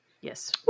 Yes